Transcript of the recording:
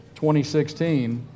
2016